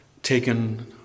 taken